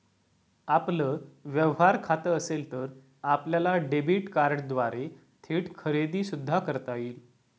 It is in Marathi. आपलं व्यवहार खातं असेल तर आपल्याला डेबिट कार्डद्वारे थेट खरेदी सुद्धा करता येईल